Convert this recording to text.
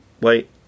wait